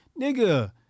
Nigga